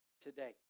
today